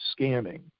scamming